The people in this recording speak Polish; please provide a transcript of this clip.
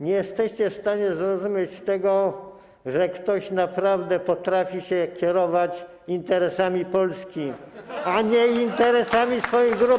Nie jesteście w stanie zrozumieć tego, że ktoś naprawdę potrafi się kierować interesami Polski, [[Wesołość na sali]] a nie interesami swoich grupek.